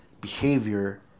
behavior